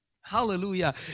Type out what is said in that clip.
Hallelujah